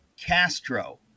Castro